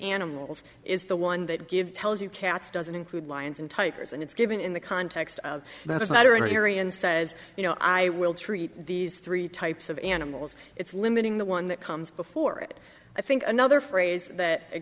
animals is the one that gives tells you cats doesn't include lions and tigers and it's given in the context of that is not an area and says you know i will treat these three types of animals it's limiting the one that comes before it i think another phrase that it